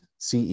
CE